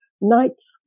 night's